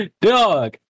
Dog